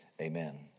amen